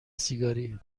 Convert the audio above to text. سیگاری